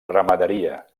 ramaderia